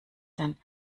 denn